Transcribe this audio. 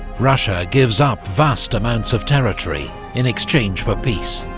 russia gives up vast amounts of territory in exchange for peace.